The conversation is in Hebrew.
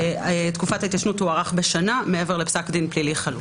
תקופת ההתיישנות תוארך בשנה מעבר לפסק דין פלילי חלוט.